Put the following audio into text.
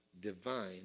Divine